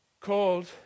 called